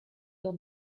dans